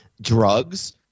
drugs